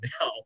now